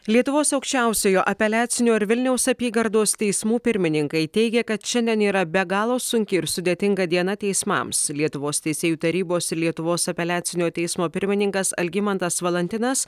lietuvos aukščiausiojo apeliacinio ir vilniaus apygardos teismų pirmininkai teigia kad šiandien yra be galo sunki ir sudėtinga diena teismams lietuvos teisėjų tarybos lietuvos apeliacinio teismo pirmininkas algimantas valantinas